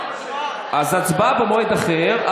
אז הצבעה במועד אחר,